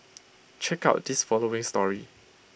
check out this following story